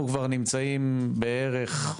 אנחנו כבר נמצאים בערך,